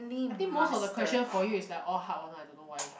I think most of the questions for you is like all hard one I don't know why